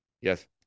Yes